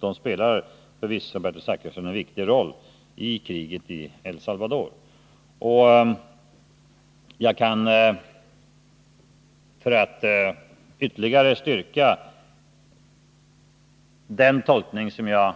De spelar förvisso, Bertil Zachrisson, en viktig roll i kriget i El Salvador. För att ytterligare styrka denna tolkning kan jag